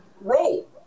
roll